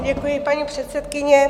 Děkuji, paní předsedkyně.